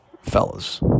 Fellas